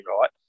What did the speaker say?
right